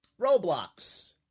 Roblox